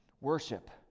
Worship